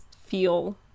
feel